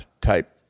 type